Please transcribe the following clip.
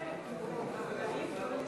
כהצעת הוועדה, נתקבל.